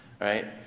Right